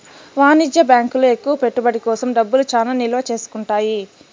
వాణిజ్య బ్యాంకులు ఎక్కువ పెట్టుబడి కోసం డబ్బులు చానా నిల్వ చేసుకుంటాయి